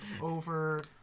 over